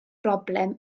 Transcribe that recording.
broblem